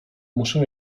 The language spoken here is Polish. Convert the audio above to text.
muszę